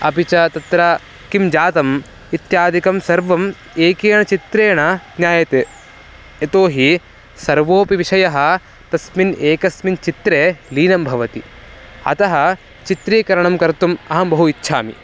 अपि च तत्र किं जातम् इत्यादिकं सर्वम् एकेण चित्रेण ज्ञायते यतोहि सर्वोपि विषयः तस्मिन् एकस्मिन् चित्रे लीनं भवति अतः चित्रीकरणं कर्तुम् अहं बहु इच्छामि